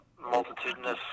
multitudinous